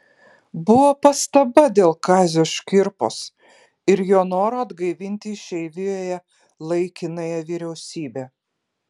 buvo pastaba dėl kazio škirpos ir jo noro atgaivinti išeivijoje laikinąją vyriausybę